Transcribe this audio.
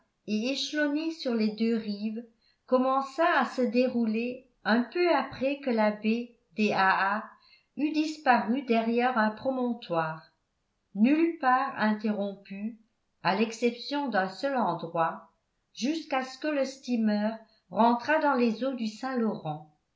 et échelonnés sur les deux rives commença à se dérouler un peu après que la baie des ha ha eût disparu derrière un promontoire nulle part interrompue à l'exception d'un seul endroit jusquà ce que le steamer rentrât dans les eaux du saint-laurent